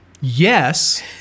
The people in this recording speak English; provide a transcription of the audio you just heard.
Yes